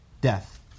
death